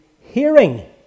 hearing